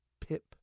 Pip